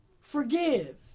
forgive